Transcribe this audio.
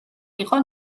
იყო